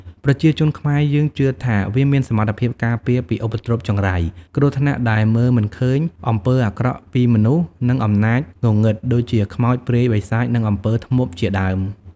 ប្រជាជនខ្មែរយើងជឿថា វាមានសមត្ថភាពការពារពី ឧបទ្រពចង្រៃ គ្រោះថ្នាក់ដែលមើលមិនឃើញ អំពើអាក្រក់ពីមនុស្ស និងអំណាចងងឹត ដូចជាខ្មោច ព្រាយ បិសាច និងអំពើធ្មប់ជាដើម។